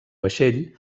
vaixell